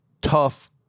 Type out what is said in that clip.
tough